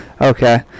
okay